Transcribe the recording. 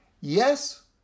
Yes